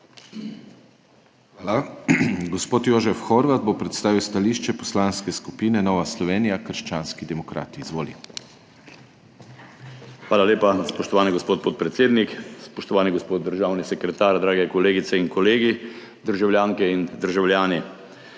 Hvala. Gospod Jožef Horvat bo predstavil stališče Poslanske skupine Nova Slovenija – krščanski demokrati. Izvolite. **JOŽEF HORVAT (PS NSi):** Hvala lepa, spoštovani gospod podpredsednik. Spoštovani gospod državni sekretar, drage kolegice in kolegi, državljanke in državljani!